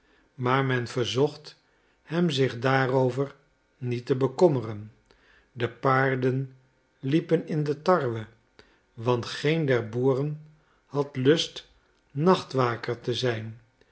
maar men verzocht hem zich daarover niet te bekommeren de paarden liepen in de tarwe want geen der boeren had lust nachtwaker te zijn